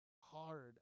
hard